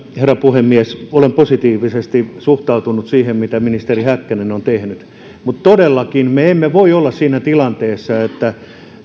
puhemies olen positiivisesti suhtautunut siihen mitä ministeri häkkänen on tehnyt mutta me emme todellakaan voi olla siinä tilanteessa että vaikka